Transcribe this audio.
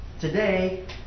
Today